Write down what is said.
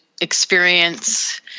experience